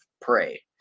Prey